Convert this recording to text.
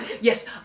Yes